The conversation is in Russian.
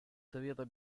совета